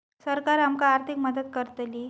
सरकार आमका आर्थिक मदत करतली?